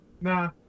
Nah